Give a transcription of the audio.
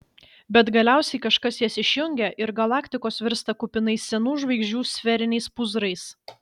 bet galiausiai kažkas jas išjungia ir galaktikos virsta kupinais senų žvaigždžių sferiniais pūzrais